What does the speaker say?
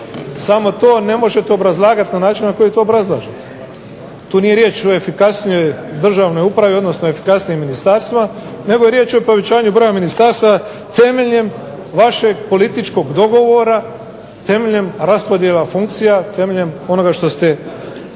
Samo to ne možete obrazlagati na način na koji to obrazlažete. Tu nije riječ o efikasnijoj državnoj upravi, odnosno efikasnijim ministarstvima nego je riječ o povećanju broja ministarstava temeljem vašeg političkog dogovora, temeljem raspodjela funkcija, temeljem onoga što ste potpisali